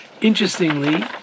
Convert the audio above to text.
Interestingly